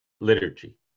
liturgy